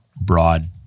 broad